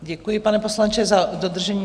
Děkuji, pane poslanče, za dodržení času.